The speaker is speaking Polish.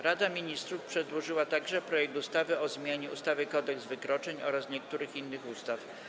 Rada Ministrów przedłożyła także projekt ustawy o zmianie ustawy Kodeks wykroczeń oraz niektórych innych ustaw.